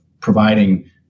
providing